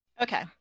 Okay